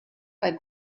ein